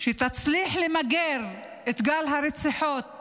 ותצליח למגר את גל הרציחות